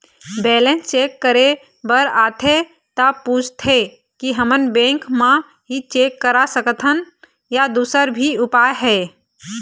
Balance check करे बर आथे ता पूछथें की हमन बैंक मा ही चेक करा सकथन या दुसर भी उपाय हे?